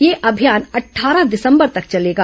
यह अभियान अट्ठारह दिसंबर तक चलेगा